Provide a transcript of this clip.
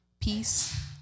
peace